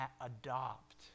adopt